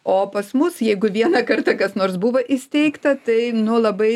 o pas mus jeigu vieną kartą kas nors buvo įsteigta tai nu labai